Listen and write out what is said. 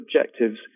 objectives